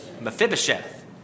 Mephibosheth